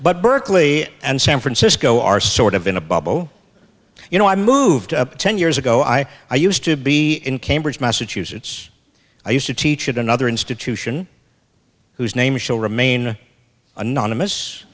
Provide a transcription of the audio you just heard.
but berkeley and san francisco are sort of in a bubble you know i moved up ten years ago i used to be in cambridge massachusetts i used to teach at another institution whose name shall remain